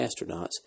astronauts